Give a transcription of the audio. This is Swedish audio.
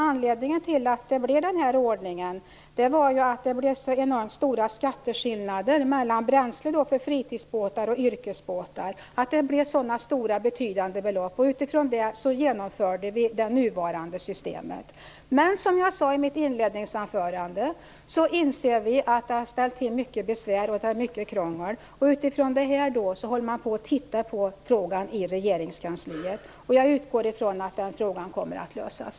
Anledningen till ordningen beträffande fiskefartygen är att det blev så enormt stora skatteskillnader mellan bränsle för fritidsbåtar och bränsle för yrkesbåtar. Det blev fråga om betydande belopp. Utifrån det genomförde vi nuvarande system. Som jag sade i mitt inledningsanförande inser vi att detta ställt till mycket besvär och krångel. Därför tittar man i Regeringskansliet på frågan. Jag utgår från att frågan kommer att lösas.